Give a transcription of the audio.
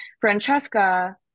francesca